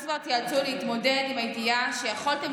אז כבר תיאלצו להתמודד עם הידיעה שיכולתם